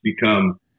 become